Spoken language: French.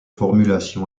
formulation